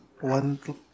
one